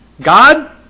God